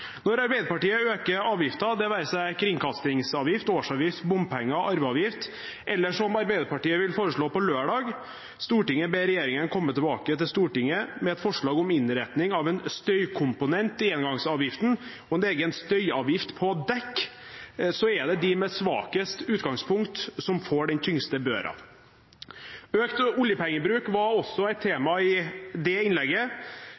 Når Arbeiderpartiet øker avgifter, det være seg kringkastingsavgift, årsavgift, bompenger, arveavgift eller som Arbeiderpartiet vil foreslå på lørdag, at «Stortinget ber regjeringen komme tilbake til Stortinget med et forslag til innretning av en støykomponent i engangsavgiften, og en vurdering av en egen støyavgift på dekk», så er det dem med svakest utgangspunkt som får den tyngste børen. Økt oljepengebruk var også et tema i det innlegget.